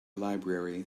library